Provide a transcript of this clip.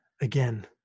again